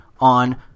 on